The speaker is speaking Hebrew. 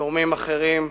וגורמים אחרים.